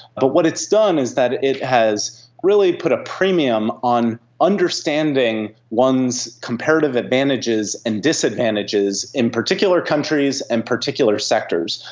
but what it's done is that it has really put a premium on understanding one's comparative advantages and disadvantages in particular countries and particular sectors,